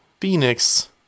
Phoenix